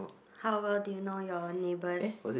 how well do you know your neighbours